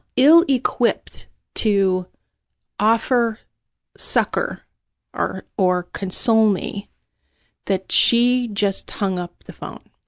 ill-equipped to offer succor or or console me that she just hung up the phone.